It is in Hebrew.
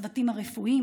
הצוותים הרפואיים,